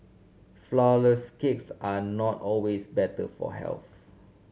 flourless cakes are not always better for health